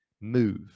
move